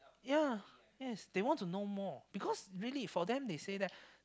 ya yes they want to know more because really for them they say that